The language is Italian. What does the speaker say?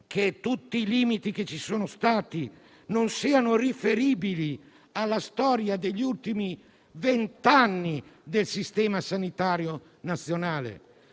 che tutti i limiti che ci sono stati non siano riferibili alla storia degli ultimi vent'anni del Sistema sanitario nazionale?